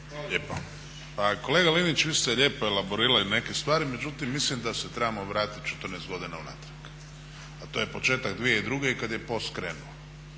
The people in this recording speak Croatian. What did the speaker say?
lijepa. Kolega Linić, vi ste lijepo elaborirali neke stvari, međutim mislim da se trebamo vratit 14 godina unatrag. To je početak 2002. kad je POS krenuo.